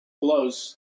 close